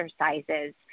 exercises